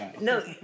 No